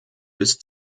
bis